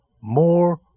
More